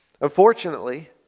Unfortunately